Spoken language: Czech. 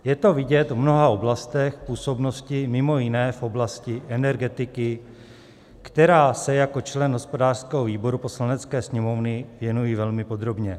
Je to vidět v mnoha oblastech působnosti, mimo jiné v oblasti energetiky, které se jako člen hospodářského výboru Poslanecké sněmovny věnuji velmi podrobně.